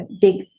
big